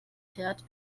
fährt